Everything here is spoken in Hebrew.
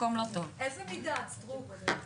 ולכן כל ההסכמה בעצם בוטלה ואנחנו משאירים את ההסתייגויות שלנו.